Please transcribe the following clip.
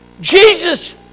Jesus